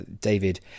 David